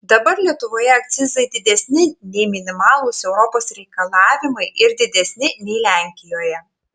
dabar lietuvoje akcizai didesni nei minimalūs europos reikalavimai ir didesni nei lenkijoje